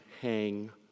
hang